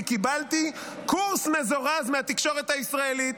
כי קיבלתי קורס מזורז מהתקשורת הישראלית,